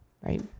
right